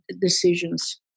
decisions